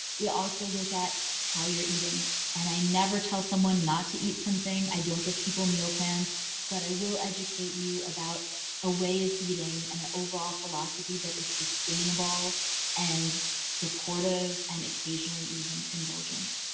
also look at how you're eating and i never tell someone not to eat something. i don't give people meal plans but i will educate you about a way of eating and an overall philosophy that is sustainable and supportive and occasionally even indulgent.